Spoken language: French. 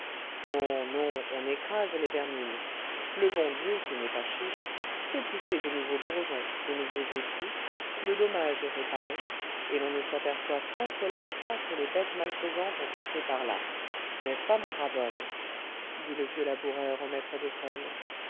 non non on écrase les vermines le bon dieu qui n'est pas chiche fait pousser de nouveaux bourgeons de nouveaux épis le dommage est réparé et l'on ne s'aperçoit tant seulement pas que les bêtes malfaisantes ont passé par là n'est-ce pas mon brave homme dit le vieux laboureur au maître d'école